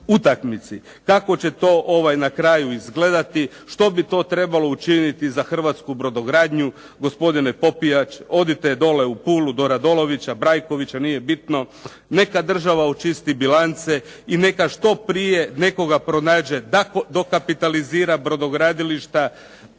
utakmici. Kako će to na kraju izgledati, što bi to trebalo učiniti za hrvatsku brodogradnju, gospodine POpijač odite dole u Pulu do Radolovića, Brajkovića, nije bitno. Neka država očisti bilance i neka što prije nekoga pronađe do dokapitalizira brodogradilišta.